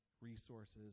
resources